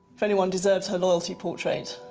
if anyone deserves her loyalty portrait,